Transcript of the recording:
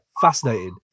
fascinating